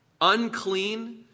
unclean